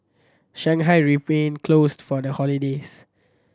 Shanghai remained closed for the holidays